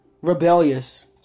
rebellious